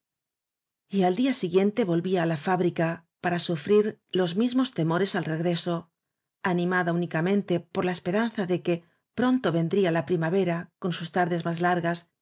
al día siguiente volvía á la fábrica para sufrir los mismos temores al regreso animada o únicamente por la esperanza de que pronto vendría la primavera con sus tardes más largas